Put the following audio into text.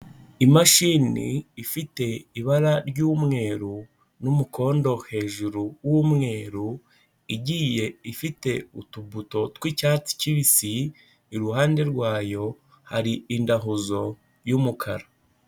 Imashini ifite ibara ry'umweru n'umukondo hejuru w'umweru, igiye ifite utubuto tw'icyatsi kibisi, iruhande rwayo hari indahuzo y'umukara.